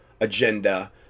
agenda